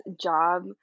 job